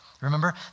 Remember